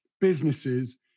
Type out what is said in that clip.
businesses